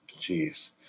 Jeez